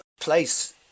place